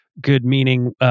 good-meaning